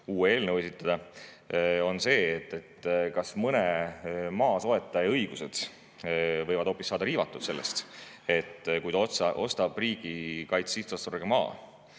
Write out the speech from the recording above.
uue eelnõu esitada, on see, et kas mõne maasoetaja õigused võivad hoopis saada riivatud sellest, kui ta ostab riigikaitse sihtotstarbega maa